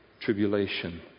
Tribulation